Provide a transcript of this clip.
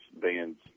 bands